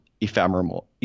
ephemeral